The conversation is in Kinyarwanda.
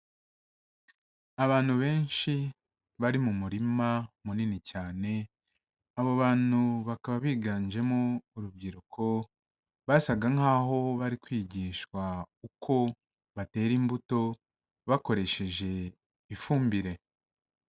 Abantu benshi bari mu murima munini cyane, abo bantu bakaba biganjemo urubyiruko basaga nk'aho bari kwigishwa uko batera imbuto bakoresheje ifumbire.